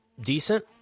decent